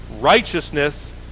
Righteousness